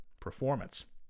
performance